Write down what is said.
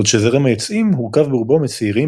בעוד שזרם היוצאים הורכב ברובו מצעירים